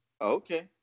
okay